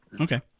Okay